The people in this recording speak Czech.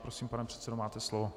Prosím, pane předsedo, máte slovo.